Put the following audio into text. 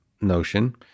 notion